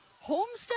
Homestead